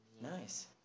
Nice